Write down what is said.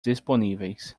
disponíveis